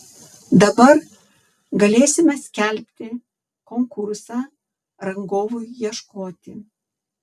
dabar galėsime skelbti konkursą rangovui ieškoti